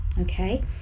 okay